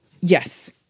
Yes